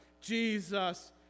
Jesus